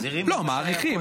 לא מאריכים.